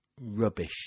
Rubbish